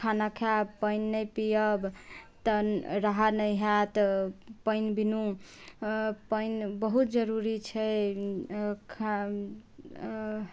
खाना खायब पानि नहि पीअब तऽ रहा नहि होयत पानि बीनू पानि बहुत जरूरी छै